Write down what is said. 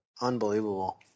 Unbelievable